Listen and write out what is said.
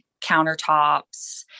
countertops